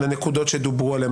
לנקודות שדובר עליהן.